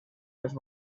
més